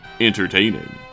entertaining